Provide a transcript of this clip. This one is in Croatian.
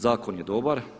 Zakon je dobar.